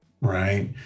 right